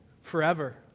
forever